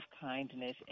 kindness